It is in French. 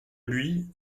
lui